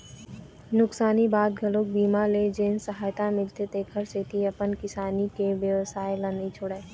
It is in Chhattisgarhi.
नुकसानी बाद घलोक बीमा ले जेन सहायता मिलथे तेखर सेती अपन किसानी के बेवसाय ल नी छोड़य